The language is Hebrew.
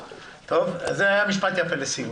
טוב, זה היה משפט יפה לסיום.